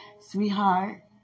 Sweetheart